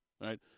right